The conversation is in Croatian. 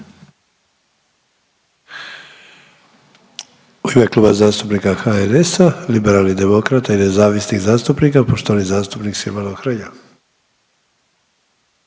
U ime Kluba zastupnika HNS-a-liberalnih demokrata i nezavisnih zastupnika govorit će poštovani zastupnik Silvano Hrelja,